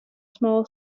small